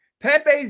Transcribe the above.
Pepe's